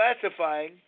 classifying